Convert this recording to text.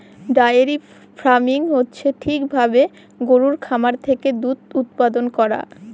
diary farming হচ্ছে ঠিক ভাবে গরুর খামার থেকে দুধ উৎপাদান করা